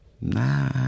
Nah